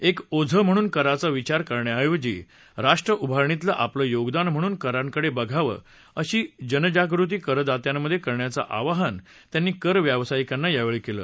एक ओझं म्हणून कराचा विचार करण्याऐवजी राष्ट्र उभारणीतलं आपलं योगदान म्हणून करांकडे बघाव अशी जनजागृती करदात्यांमध्ये करण्याचं आवाहन त्यांनी कर व्यावसायिकांना यावेळी केलं